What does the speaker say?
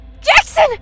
Jackson